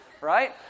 Right